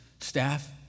staff